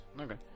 Okay